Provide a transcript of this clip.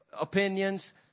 opinions